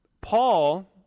Paul